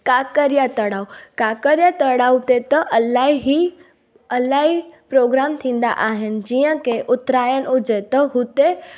काकडिया तडाव काकडिया तडाव ते त इलाही इलाही प्रोग्राम थींदा आहिनि जीअं की उतराइणु हुजे त हुते